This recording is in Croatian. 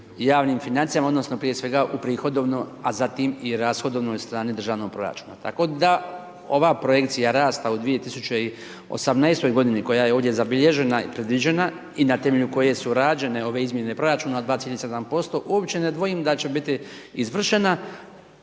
javnim financijama odnosno prije svega u prihodovnoj a zatim rashodovnoj strani Državnog proračuna. Tako da ova projekcija rasta u 2018. godini koja je ovdje zabilježena i predviđena i na temelju koje su rađene ove izmjene proračuna od 2,7% uopće ne dvojim da će biti izvršena